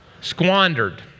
Squandered